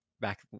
back